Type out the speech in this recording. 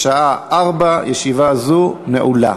עברה בקריאה ראשונה ותחזור לדיון בוועדת